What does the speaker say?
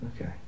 Okay